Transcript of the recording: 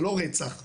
זה לא רצח ב"ה,